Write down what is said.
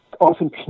often